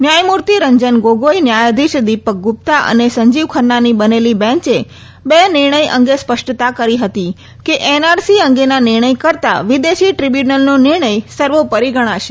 ન્યાયમૂર્તિ રંજન ગોગોઈ ન્યાયાધીશ દિપક ગુપ્તા અને સંજીવ ખન્નાની બનેલી બેન્ચે બે નિર્ણય અંગે સ્પષ્ટતા કરી હતી કે એનઆરસી અંગેના નિર્ણય કરતા વિદેશી ટ્રિબ્યુનલનો નિર્ણય સર્વોપરિ ગણાશે